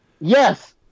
Yes